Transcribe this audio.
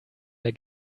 der